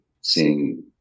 seeing